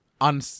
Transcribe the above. on